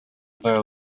their